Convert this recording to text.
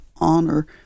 honor